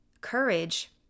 Courage